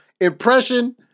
impression